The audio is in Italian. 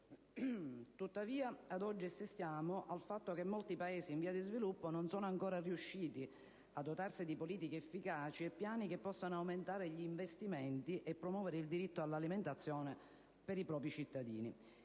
Tuttavia, ad oggi, assistiamo al fatto che molti Paesi in via di sviluppo non sono ancora riusciti a dotarsi di politiche efficaci e di piani che possano aumentare gli investimenti e promuovere il diritto all'alimentazione per i propri cittadini.